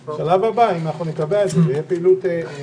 בשלב הבא, אם נקבע את זה אז תהיה פעילות מוגברת.